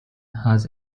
has